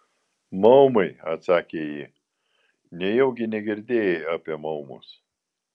maumai atsakė ji nejaugi negirdėjai apie maumus